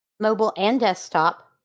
mobile and desktop